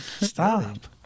stop